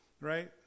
right